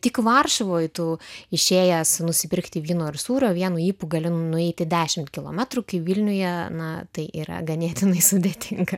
tik varšuvoje tu išėjęs nusipirkti vyno ir sūrio vienu ypu gali nueiti dešimt kilometrų kai vilniuje na tai yra ganėtinai sudėtinga